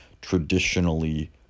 traditionally